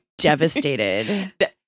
devastated